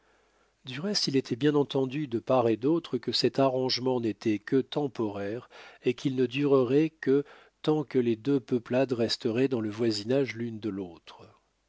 du reste il était bien entendu de part et d'autre que cet arrangement n'était que temporaire et qu'il ne durerait que tant que les deux peuplades resteraient dans le voisinage l'une de l'autre